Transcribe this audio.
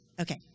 Okay